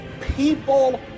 people